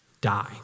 die